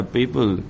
people